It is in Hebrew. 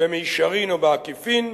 במישרין או בעקיפין,